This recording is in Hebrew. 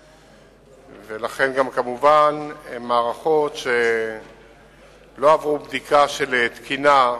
ולכן גם כמובן הן מערכות שלא עברו בדיקה של תקינה,